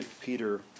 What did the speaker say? Peter